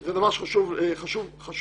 זה דבר שחשוב להדגיש.